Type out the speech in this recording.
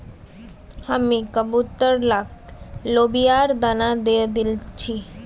हामी कबूतर लाक लोबियार दाना दे दी छि